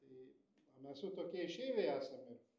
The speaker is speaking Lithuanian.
tai o mes jau tokie išeiviai esam ir